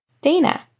Dana